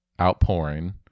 outpouring